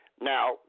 Now